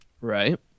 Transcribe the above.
right